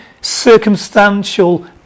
circumstantial